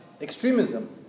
extremism